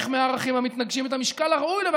מהערכים המתנגשים את המשקל הראוי לו.